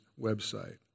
website